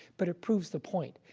but it proves the point.